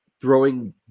throwing